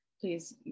please